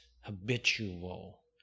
habitual